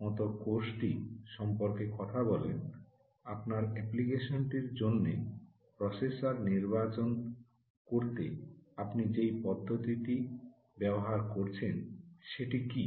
মতো কোর্সটি সম্পর্কে কথা বলেন আপনার অ্যাপ্লিকেশনটির জন্য প্রসেসর নির্বাচন করতে আপনি যে পদ্ধতিটি ব্যবহার করছেন সেটি কী